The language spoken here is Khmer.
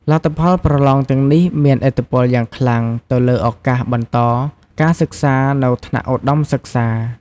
លទ្ធផលប្រឡងទាំងនេះមានឥទ្ធិពលយ៉ាងខ្លាំងទៅលើឱកាសបន្តការសិក្សានៅថ្នាក់ឧត្តមសិក្សា។